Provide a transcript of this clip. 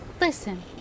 Listen